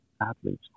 athletes